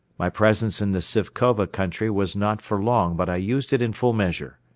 my presence in the sifkova country was not for long but i used it in full measure.